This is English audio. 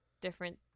different